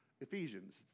Ephesians